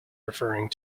referring